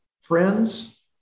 friends